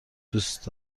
دوست